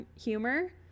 humor